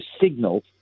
signal